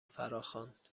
فراخواند